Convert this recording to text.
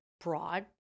broad